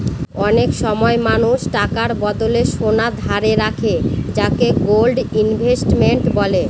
অনেক সময় মানুষ টাকার বদলে সোনা ধারে রাখে যাকে গোল্ড ইনভেস্টমেন্ট বলে